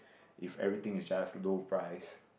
if everything is just low price